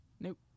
Nope